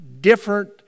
different